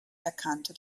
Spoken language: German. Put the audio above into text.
erkannte